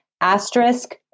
Asterisk